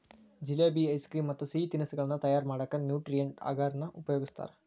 jalebi, ice cream ಮತ್ತ್ ಸಿಹಿ ತಿನಿಸಗಳನ್ನ ತಯಾರ್ ಮಾಡಕ್ ನ್ಯೂಟ್ರಿಯೆಂಟ್ ಅಗರ್ ನ ಉಪಯೋಗಸ್ತಾರ